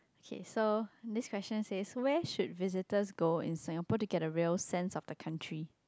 okay so this question says where should visitors go in Singapore to get a real sense of the country